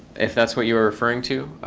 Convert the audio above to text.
if that's what you were referring to,